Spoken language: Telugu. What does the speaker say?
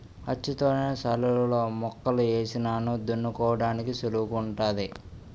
అచ్చుతోలిన శాలులలో మొక్కలు ఏసినాము దున్నుకోడానికి సుళువుగుంటాది